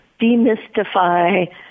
demystify